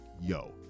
yo